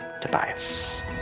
Tobias